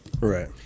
Right